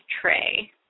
tray